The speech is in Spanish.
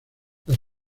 las